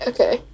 Okay